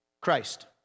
Christ